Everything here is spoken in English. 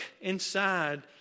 inside